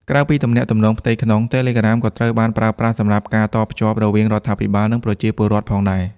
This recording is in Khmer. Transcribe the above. ក្រៅពីទំនាក់ទំនងផ្ទៃក្នុង Telegram ក៏ត្រូវបានប្រើប្រាស់សម្រាប់ការតភ្ជាប់រវាងរដ្ឋាភិបាល និងប្រជាពលរដ្ឋផងដែរ។